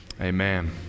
Amen